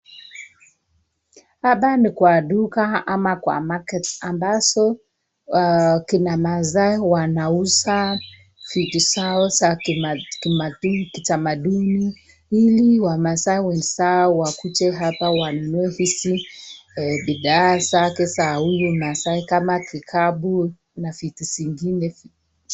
Hapa ni kwa duka ama kwa market ambazo kina Maasai wanauza vitu zao za kitamaduni ili Wamaasai wenzao wakuje hapa wanunue vitu, bidhaa zake za huyu Maasai kama kikapu na vitu zingine vingi.